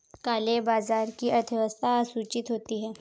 काले बाजार की अर्थव्यवस्था असूचित होती है